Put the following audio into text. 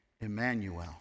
Emmanuel